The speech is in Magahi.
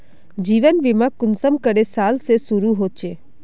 जीवन बीमा कुंसम करे साल से शुरू होचए?